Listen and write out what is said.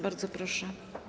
Bardzo proszę.